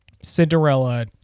Cinderella